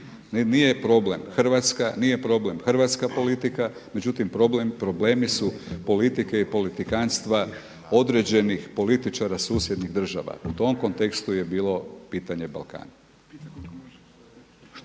nije problem Hrvatska, nije problem hrvatska politika međutim problemi su politike i politikanstva određenih političara susjednih država. U tom kontekstu je bilo pitanje Balkana.